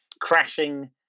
crashing